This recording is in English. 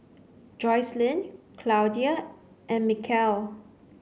Joseline Claudia and Mikeal